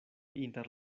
inter